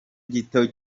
gito